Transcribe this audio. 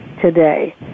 today